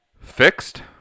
fixed